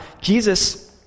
Jesus